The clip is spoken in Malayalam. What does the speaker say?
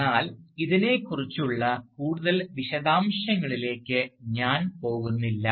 അതിനാൽ ഇതിനെക്കുറിച്ചുള്ള കൂടുതൽ വിശദാംശങ്ങളിലേക്ക് ഞാൻ പോകുന്നില്ല